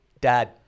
Dad